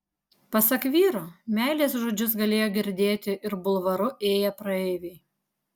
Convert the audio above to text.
pasak vyro meilės žodžius galėjo girdėti ir bulvaru ėję praeiviai